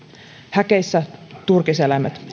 häkeissä turkiseläimet